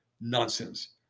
Nonsense